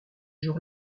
jours